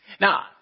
Now